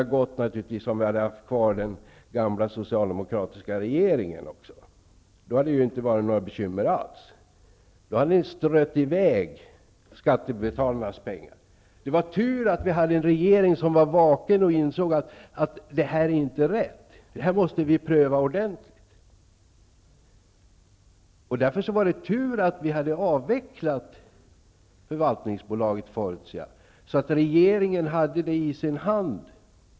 Det hade naturligtvis gått ännu lättare om den gamla socialdemokratiska regeringen hade varit kvar. Då hade det inte varit några bekymmer alls, och då hade skattebetalarnas pengar strötts ut. Det var tur att vi nu hade en regering som var vaken och insåg att detta inte var rätt och att det måste ske en ordentlig prövning. Därför var det tur att förvaltningsbolaget Fortia hade avvecklats. Regeringen hade därför allt i sin hand.